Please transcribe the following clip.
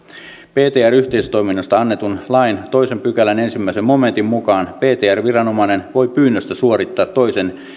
ptr yhteistoiminnasta annetun lain toisen pykälän ensimmäisen momentin mukaan ptr viranomainen voi pyynnöstä suorittaa toisen